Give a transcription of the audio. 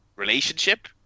relationship